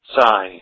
sigh